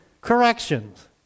corrections